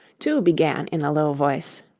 two began in a low voice,